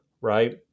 right